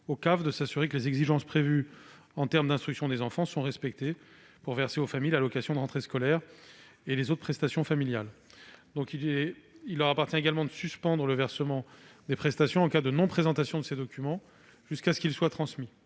de s'assurer que les exigences prévues en termes d'instruction des enfants sont respectées pour verser aux familles l'allocation de rentrée scolaire et les autres prestations familiales. Il leur appartient également de suspendre le versement des prestations en cas de non-présentation de ces documents jusqu'à ce qu'ils soient transmis.